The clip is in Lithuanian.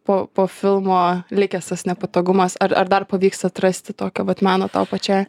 po po filmo likęs tas nepatogumas ar ar dar pavyksta atrasti tokio vat mano tau pačiai